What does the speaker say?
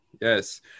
yes